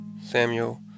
Samuel